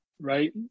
right